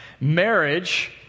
Marriage